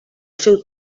seu